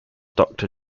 doctor